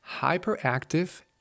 hyperactive